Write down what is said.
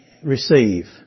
receive